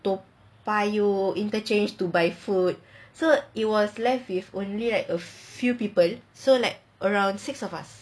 toa payoh interchange to buy food so it was left with only like a few people so like around six of us